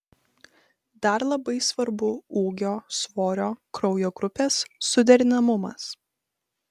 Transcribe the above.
dar labai svarbu ūgio svorio kraujo grupės suderinamumas